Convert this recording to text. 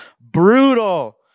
Brutal